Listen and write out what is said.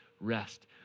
rest